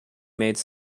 made